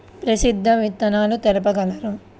ప్రసిద్ధ విత్తనాలు తెలుపగలరు?